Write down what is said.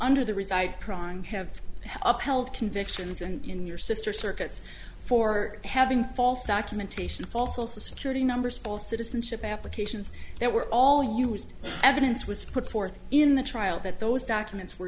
under the reside crying have up held convictions and in your sister circuits for having false documentation false also security numbers all citizenship applications that were all used evidence was put forth in the trial that those documents were